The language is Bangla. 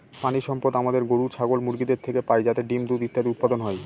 প্রানীসম্পদ আমাদের গরু, ছাগল, মুরগিদের থেকে পাই যাতে ডিম, দুধ ইত্যাদি উৎপাদন হয়